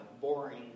Boring